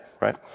right